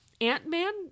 Ant-Man